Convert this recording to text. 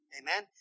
Amen